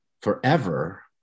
forever